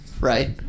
right